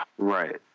Right